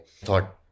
thought